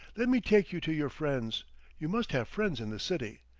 let me take you to your friends you must have friends in the city.